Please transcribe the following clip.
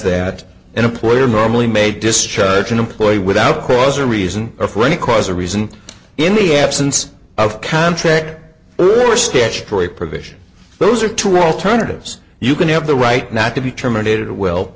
that an employer normally may discharge an employee without cause or reason or for any cause or reason in the absence of contract or statutory provision those are two alternatives you can have the right not to be terminated well